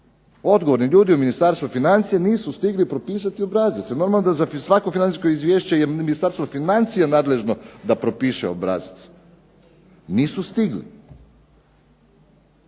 odgovorni ljudi u Ministarstvu financija nisu stigli propisati obrazac, jer normalno da za svako financijsko izvješće je Ministarstvo financija nadležno da propiše obrazac. Nisu stigli.